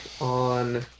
on